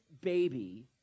baby